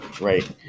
right